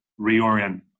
reorient